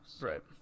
Right